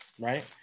right